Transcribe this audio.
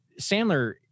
Sandler